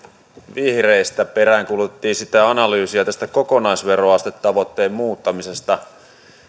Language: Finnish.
vihreistä peräänkuulutettiin analyysiä tästä kokonaisveroastetavoitteen muuttamisesta